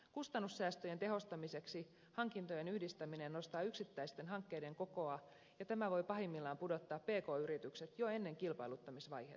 kustannussäästöjen tehostamiseksi hankintojen yhdistäminen nostaa yksittäisten hankkeiden kokoa ja tämä voi pahimmillaan pudottaa pk yritykset jo ennen kilpailuttamisvaihetta